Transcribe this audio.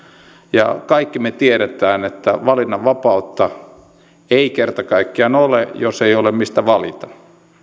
ja kaikki me tiedämme että valinnanvapautta ei kerta kaikkiaan ole jos ei ole mistä valita